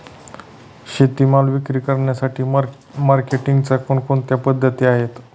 शेतीमाल विक्री करण्यासाठी मार्केटिंगच्या कोणकोणत्या पद्धती आहेत?